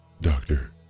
Doctor